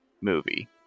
movie